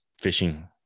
fishing